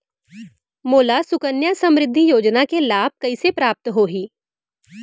मोला सुकन्या समृद्धि योजना के लाभ कइसे प्राप्त होही?